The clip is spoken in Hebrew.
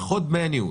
פחות דמי הניהול,